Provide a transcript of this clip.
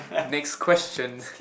next question